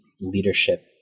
leadership